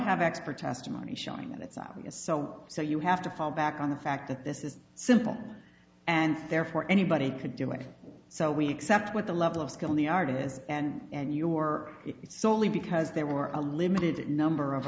have expert testimony showing that it's obvious so so you have to fall back on the fact that this is simple and therefore anybody could do it so we accept what the level of skill in the art is and and your it's only because there are a limited number of